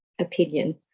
opinion